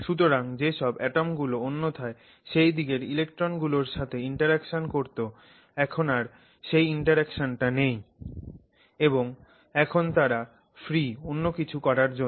সুতরাং যেসব অ্যাটম গুলো অন্যথায় সেই দিকের ইলেক্ট্রন গুলোর সাথে ইন্টারঅ্যাকশন করত এখন আর সেই ইন্টারঅ্যাকশনটা নেই এবং এখন তারা ফ্রি অন্য কিছু করার জন্য